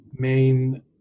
main